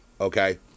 okay